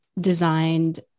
designed